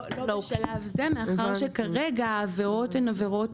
לא בשלב זה מאחר שכרגע העבירות הן עבירות